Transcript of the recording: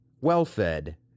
well-fed